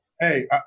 Hey